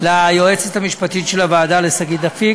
מאוד ליועצת המשפטית של הוועדה, לשגית אפיק,